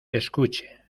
escuche